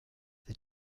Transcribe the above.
the